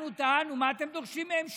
אנחנו טענו: מה אתם דורשים מהן שומה?